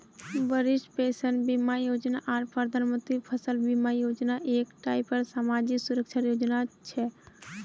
वरिष्ठ पेंशन बीमा योजना आर प्रधानमंत्री फसल बीमा योजना एक टाइपेर समाजी सुरक्षार योजना छिके